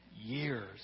years